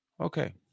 Okay